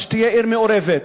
אז שתהיה עיר מעורבת,